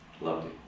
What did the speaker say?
lovely